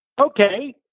okay